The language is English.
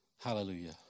Hallelujah